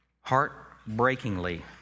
Heartbreakingly